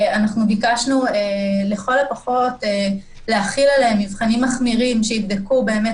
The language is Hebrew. אנחנו ביקשנו לכל הפחות להחיל עליהם מבחנים מחמירים שיבדקו באמת